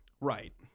Right